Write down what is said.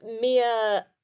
Mia